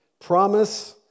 promise